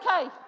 Okay